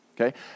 Okay